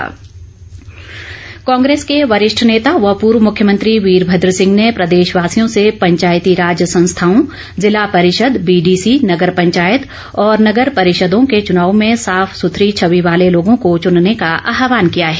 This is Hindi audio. वीरभद्र कांग्रेस के वरिष्ठ नेता व पूर्व मुख्यमंत्री वीरभद्र सिंह ने प्रदेशवासियों से पंचायती राज संस्थाओं जिला परिषद बीडीसी नगर पंचायत और नगर परिषदों के चुनाव में साफ सुथरी छवी वाले लोगों को चुनने का आहवान किया है